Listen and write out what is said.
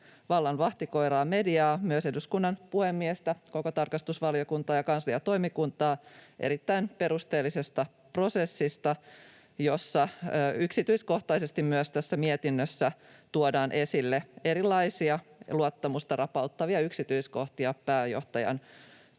vallan vahtikoiraa, mediaa, myös eduskunnan puhemiestä, koko tarkastusvaliokuntaa ja kansliatoimikuntaa erittäin perusteellisesta prosessista, jossa yksityiskohtaisesti — myös tässä mietinnössä — on tuotu esille erilaisia luottamusta rapauttavia yksityiskohtia pääjohtajan